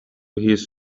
his